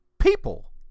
people